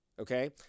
okay